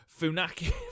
Funaki